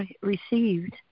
received